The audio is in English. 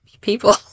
people